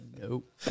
Nope